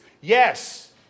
yes